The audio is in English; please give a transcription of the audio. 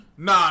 Nah